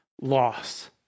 Loss